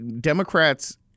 Democrats